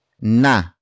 na